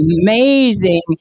amazing